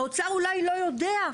האוצר אולי לא יודע,